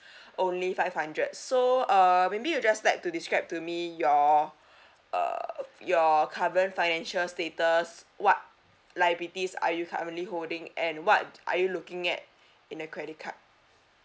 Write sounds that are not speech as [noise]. [breath] only five hundred so uh maybe you just like to describe to me your uh your current financial status what liabilities are you currently holding and what are you looking at in a credit card